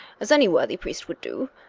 as any worthy priest would do.